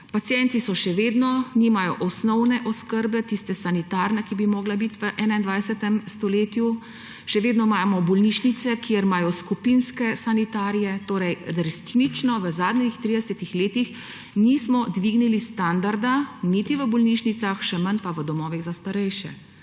Pacienti še vedno nimajo tiste osnovne sanitarne oskrbe, ki bi morala biti v 21. stoletju. Še vedno imamo bolnišnice, kjer imajo skupinske sanitarije, torej resnično v zadnjih tridesetih letih nismo dvignili standarda niti v bolnišnicah, še manj pa v domovih za starejše.